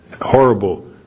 Horrible